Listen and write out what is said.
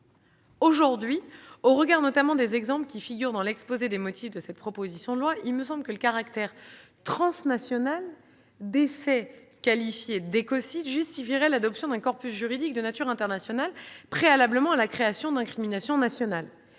Aujourd'hui, au regard notamment des exemples qui figurent dans l'exposé des motifs de cette proposition de loi, il me semble que le caractère transnational des faits qualifiés d'écocide justifierait l'adoption d'un corpus juridique international préalablement à la création d'incriminations nationales.